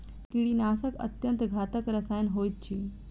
कीड़ीनाशक अत्यन्त घातक रसायन होइत अछि